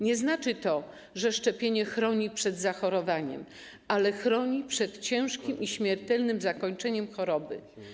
Nie znaczy to, że szczepienie chroni przed zachorowaniem, ale chroni przed ciężkim i śmiertelnym zakończeniem choroby.